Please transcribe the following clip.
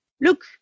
look